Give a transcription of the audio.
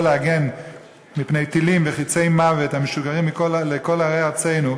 להגן מפני טילים וחצי מוות המשוגרים לכל ערי ארצנו,